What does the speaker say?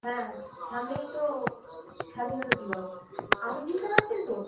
হ্যাঁ সামনেই তো স্বাধীনতা দিবস আমাকে চিনতে পারছেন তো